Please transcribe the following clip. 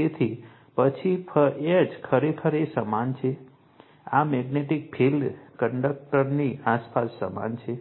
તેથી પછી H ખરેખર તે સમાન છે આ મેગ્નેટિક ફિલ્ડ કન્ડક્ટરની આસપાસ સમાન છે